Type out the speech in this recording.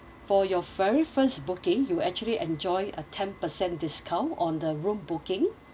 for your very first booking you actually enjoy a ten percent discount on the room booking